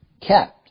Kept